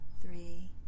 Three